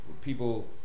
people